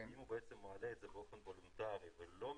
הוא בעצם מעלה את זה באופן וולונטרי ולא מחייב.